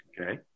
Okay